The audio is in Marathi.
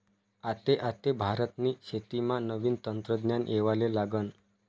आते आते भारतनी शेतीमा नवीन तंत्रज्ञान येवाले लागनं